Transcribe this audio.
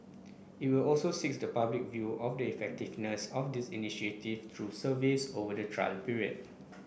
it will also seeks the public view on the effectiveness of this initiative through surveys over the trial period